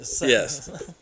Yes